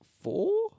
Four